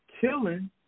Killing